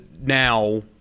now